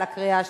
לקריאה שלישית.